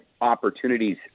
opportunities